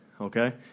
Okay